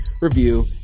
review